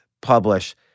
publish